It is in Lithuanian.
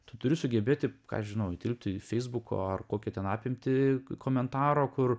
tu turi sugebėti ką aš žinau įtilpti į feisbuko ar kokią ten apimtį komentaro kur